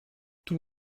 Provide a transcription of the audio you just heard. tout